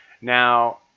Now